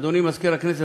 אדוני מזכיר הכנסת,